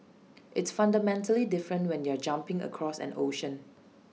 it's fundamentally different when you're jumping across an ocean